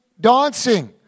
dancing